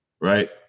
right